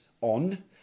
on